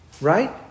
right